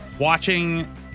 Watching